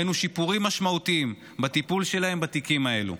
ראינו שיפורים משמעותיים בטיפול שלהם בתיקים האלו.